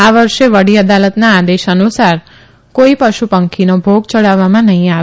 આ વર્ષે વડી દઆલતના આદેશ અનુસાર કોઈ પશુ પંખીનો ભોગ ચઢાવવામાં નહી આવે